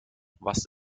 was